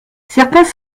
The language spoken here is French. certains